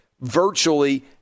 virtually